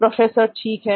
professor ठीक है